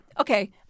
okay